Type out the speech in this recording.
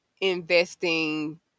investing